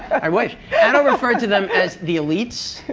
i wish. anna referred to them as the elites.